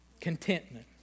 Contentment